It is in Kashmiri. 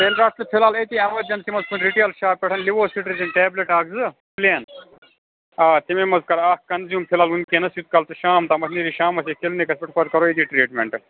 تیٚلہِ رٹھ ژٕ فِلحال أتی یا ایمرجنسی منٛز تُہۍ رٔٹِو امہِ شاپہٕ پیٹھٕ لِووسِٹرِزِن ٹیبلِٹ اکھ زٕ پٕلین آ تِم منٛزٕ کر اکھ کنٛزیوٗم فِلحال وٕنکٮ۪نَس یُتھ کال ژےٚ شاپ تامتھ نٮ۪ری شامس یِکھ کِلنِکَس پیٹھ پتہٕ کرو یٕتِی ٹریٖٹمینٹ